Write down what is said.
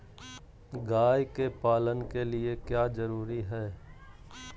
गाय के पालन के लिए क्या जरूरी है?